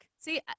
see